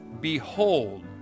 Behold